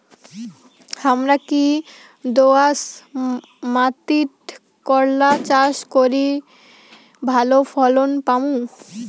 হামরা কি দোয়াস মাতিট করলা চাষ করি ভালো ফলন পামু?